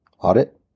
audit